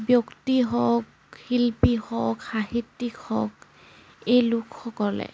ব্যক্তি হওক শিল্পী হওক সাহিত্যিক হওক এই লোকসকলে